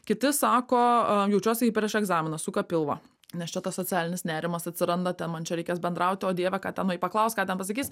kiti sako a jaučiuosi kaip prieš egzaminą suka pilvą nes čia tas socialinis nerimas atsiranda ten man čia reikės bendrauti o dieve ką tenai paklaus ką ten pasakys